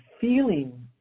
feeling